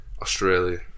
Australia